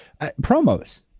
promos